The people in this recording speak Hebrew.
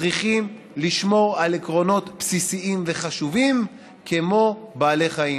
צריכים לשמור על עקרונות בסיסיים וחשובים כמו בעלי חיים.